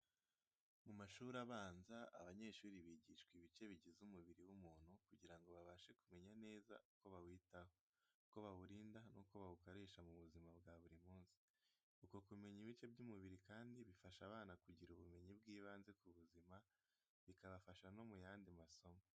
Mu mashuri abanza, abanyeshuri bigishwa ibice bigize umubiri w’umuntu kugira ngo babashe kumenya neza uko bawitaho, uko bawurinda n’uko bawukoresha mu buzima bwa buri munsi. Uko kumenya ibice by’umubiri kandi bifasha abana kugira ubumenyi bw’ibanze ku buzima, bikabafasha no mu yandi masomo.